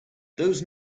those